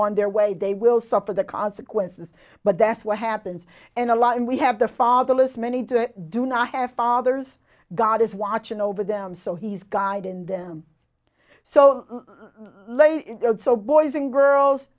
on their way they will suffer the consequences but that's what happens and a lot and we have the fatherless many to do not have fathers god is watching over them so he's gaiden them so late so boys and girls